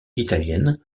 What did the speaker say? italienne